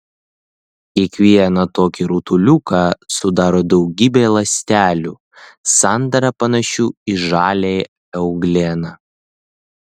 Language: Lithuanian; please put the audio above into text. kiekvieną tokį rutuliuką sudaro daugybė ląstelių sandara panašių į žaliąją eugleną